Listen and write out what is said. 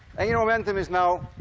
you know momentum is now